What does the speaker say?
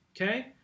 Okay